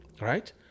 right